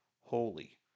holy